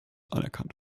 anerkannt